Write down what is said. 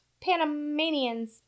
Panamanians